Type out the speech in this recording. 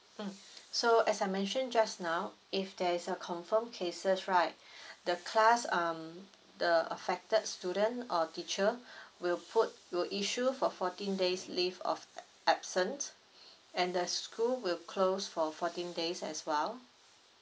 mm so as I mentioned just now if there is a confirmed cases right the class um the affected student or teacher will put will issue for fourteen days leave of absence and the school will closed for fourteen days as well